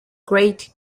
great